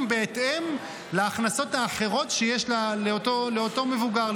בהתאם להכנסות האחרות שיש לאותו מבוגר,